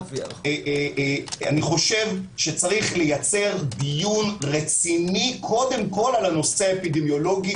יש לייצר דיון רציני קודם כל על הנושא האפידמיולוגי,